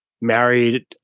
married